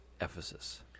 Ephesus